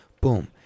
boom